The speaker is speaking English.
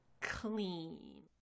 clean